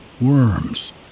worms